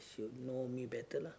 should know me better lah